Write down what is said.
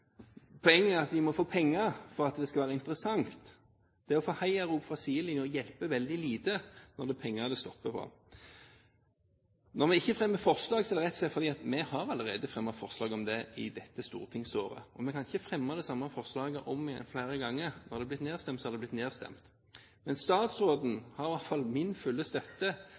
Poenget er at de må få penger for at det skal være interessant. Det å få heiarop fra sidelinjen hjelper veldig lite når det er penger det stopper på. Når vi ikke fremmer forslag, er det rett og slett fordi vi allerede har fremmet forslag om det i dette stortingsåret. Og vi kan ikke fremme det samme forslaget flere ganger. Når det har blitt nedstemt, har det blitt nedstemt. Statsråden har i hvert fall min fulle støtte